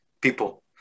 people